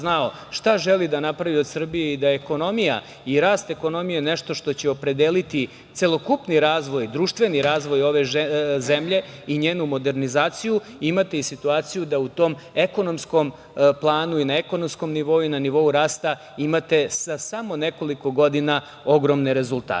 šta želi da napravi od Srbije i da ekonomija i rast ekonomije je nešto što će opredeliti celokupni razvoj, društveni razvoj ove zemlje i njenu modernizaciju i imati situaciju da u tom ekonomskom planu i na ekonomskom nivou i nivou rasta imate za samo nekoliko godina ogromne rezultate. Sada